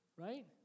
right